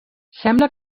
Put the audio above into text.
sembla